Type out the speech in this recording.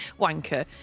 Wanker